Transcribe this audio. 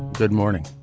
good morning.